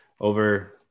over